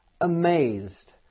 amazed